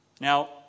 Now